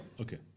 Okay